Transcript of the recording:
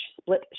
split